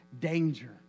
danger